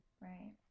right